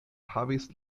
havis